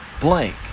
blank